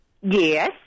Yes